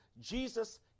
Jesus